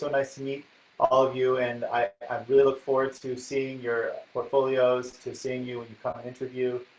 so nice to meet all of you and i really look forward to seeing your portfolios, to seeing you when and you come and interview,